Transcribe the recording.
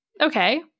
Okay